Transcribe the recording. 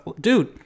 Dude